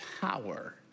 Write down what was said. power